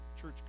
Church